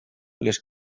les